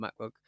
MacBook